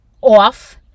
off